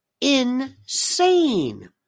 insane